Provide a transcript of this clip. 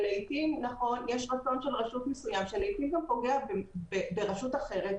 לעיתים יש רצון מסוים של רשות שלעיתים גם פוגע ברשות אחרת,